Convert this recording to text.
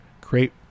create